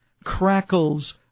crackles